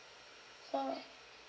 ah